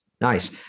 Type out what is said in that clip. Nice